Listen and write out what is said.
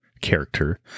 character